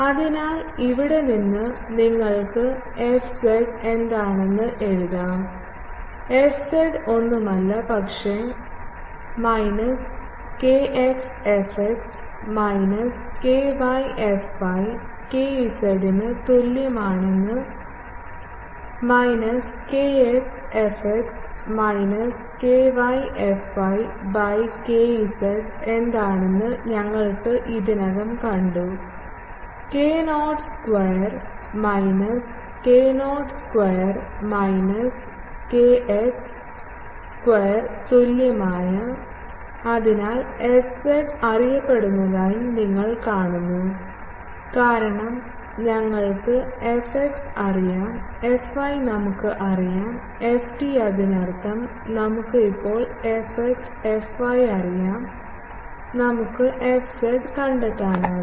അതിനാൽ ഇവിടെ നിന്ന് നിങ്ങൾക്ക് fz എന്താണെന്ന് എഴുതാം fz ഒന്നുമല്ല പക്ഷേ minus kx fx minus ky fy kz ന് തുല്യമാണ് minus kx fx minus ky fy by kz എന്താണെന്ന് ഞങ്ങൾ ഇതിനകം കണ്ടു k0 square minus k0 square minus kx square തുല്യമായ അതിനാൽ fz അറിയപ്പെടുന്നതായി നിങ്ങൾ കാണുന്നു കാരണം ഞങ്ങൾക്ക് fx അറിയാം fy നമുക്ക് അറിയാം ft അതിനർത്ഥം നമുക്ക് ഇപ്പോൾ fx fy അറിയാം നമുക്ക് fz കണ്ടെത്താം